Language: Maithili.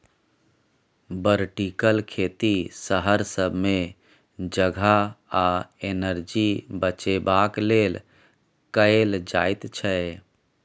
बर्टिकल खेती शहर सब मे जगह आ एनर्जी बचेबाक लेल कएल जाइत छै